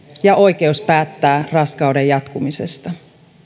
ja oikeus päättää raskauden jatkumisesta